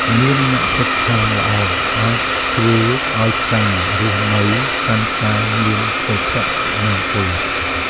មានអ្នកជិតខាងល្អអាចធ្វើឱ្យការរស់នៅកាន់តែមានសុភមង្គល។